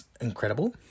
incredible